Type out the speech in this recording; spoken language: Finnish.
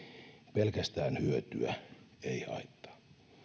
pelkästään hyötyä ei haittaa